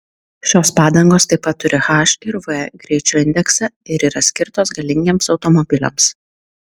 šios padangos taip pat turi h ir v greičio indeksą ir yra skirtos galingiems automobiliams